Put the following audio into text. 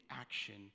action